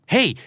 Hey